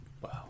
Wow